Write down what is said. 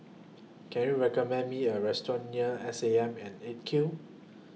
Can YOU recommend Me A Restaurant near S A M An eight Q